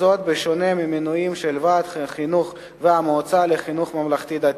בשונה ממינויים של ועד החינוך והמועצה לחינוך ממלכתי-דתי,